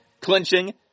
clinching